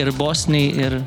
ir bosniai ir